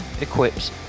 equips